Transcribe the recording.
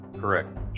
Correct